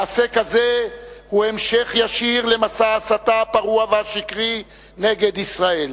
מעשה כזה הוא המשך ישיר למסע ההסתה הפרוע והשקרי נגד ישראל.